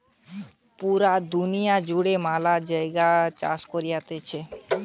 পুরা দুনিয়া জুড়ে ম্যালা জায়গায় বাঁশ চাষ হতিছে